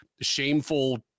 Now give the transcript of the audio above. shameful